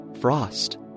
frost